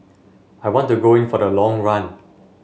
I want to go in for the long run